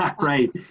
right